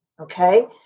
Okay